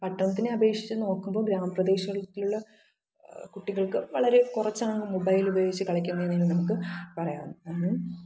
പട്ടണത്തിനെ അപേക്ഷിച്ച് നോക്കുമ്പോൾ ഗ്രാമപ്രദേശത്തിലുള്ള കുട്ടികൾക്ക് വളരെ കുറച്ചാണ് മൊബൈൽ ഉപയോഗിച്ച് കളിക്കുന്നതെന്നു നമുക്ക് പറയാവുന്നതാണ്